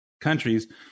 countries